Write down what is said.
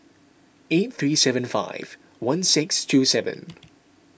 eight three seven five one six two seven